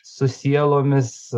su sielomis